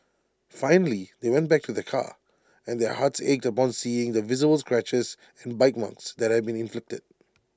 finally they went back to their car and their hearts ached upon seeing the visible scratches and bite ones that had been inflicted